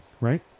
right